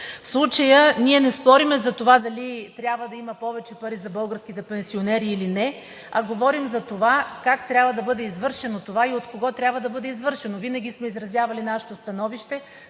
В случая ние не спорим за това дали трябва да има повече пари за българските пенсионери или не, а говорим за това, как трябва да бъде извършено това и от кого трябва да бъде извършено. Винаги сме изразявали нашето становище,